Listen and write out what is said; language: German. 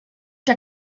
der